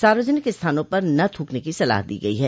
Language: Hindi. सार्वजनिक स्थानों पर न थूकने की सलाह दी गई है